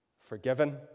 forgiven